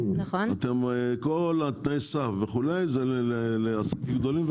כל תנאי הסף וכולי הם לעסקים גדולים,